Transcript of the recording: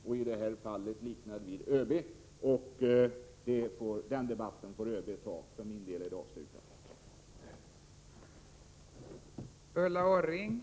I detta fall gäller liknelsen ÖB. Den debatten får ÖB ta. För min del är debatten avslutad.